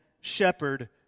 shepherd